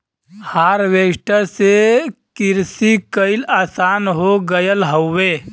harvester से किरसी कईल आसान हो गयल हौवे